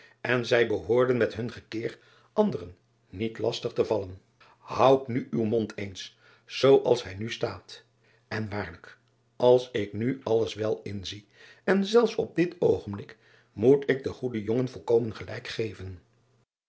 en zij behoorden met hun gekir anderen niet lastig te vallen oud nu uw mond eens zoo als hij nu staat n waarlijk als ik nu alles wel inzie en zelfs op dit oogenblik moet ik den goeden jongen volkomen gelijk geven